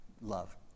love